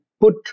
put